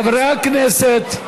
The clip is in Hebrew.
חברי הכנסת.